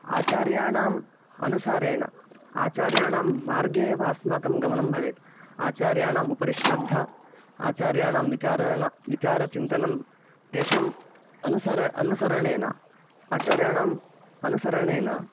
आचार्याणाम् अनुसारेण आचार्याणां मार्गे एव अस्माकं गमनं भवेत् आचार्याणाम् उपरि श्रद्धा आचार्याणां विचारेण विचारचिन्तनं तेषाम् अनुसरणम् अनुसरणेन आचार्याणाम् अनुसरणेन